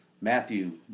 Matthew